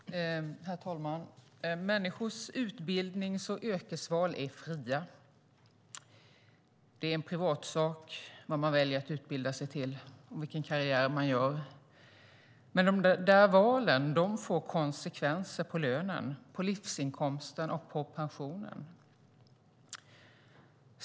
Herr talman! Människors utbildnings och yrkesval är fria. Det är en privatsak vad man väljer att utbilda sig till och vilken karriär man gör. Men valen får konsekvenser på lönen, livsinkomsten och pensionen.